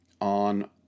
on